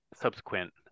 subsequent